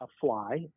fly